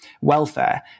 welfare